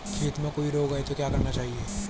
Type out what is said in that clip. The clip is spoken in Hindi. खेत में कोई रोग आये तो क्या करना चाहिए?